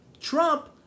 Trump